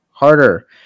Harder